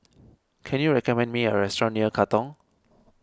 can you recommend me a restaurant near Katong